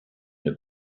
une